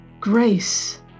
grace